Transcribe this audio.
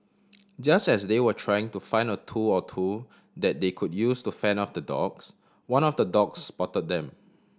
just as they were trying to find a tool or two that they could use to fend off the dogs one of the dogs spot them